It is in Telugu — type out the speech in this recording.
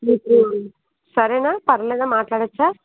సరేనా పర్లేదా మాట్లాడవచ్చా